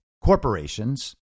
corporations